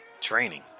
training